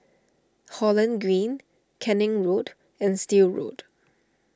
Holland Green Canning Lane and Still Road